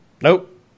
Nope